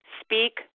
speak